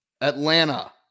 Atlanta